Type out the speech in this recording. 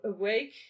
awake